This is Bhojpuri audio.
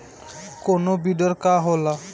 कोनो बिडर का होला?